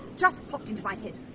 just popped into my head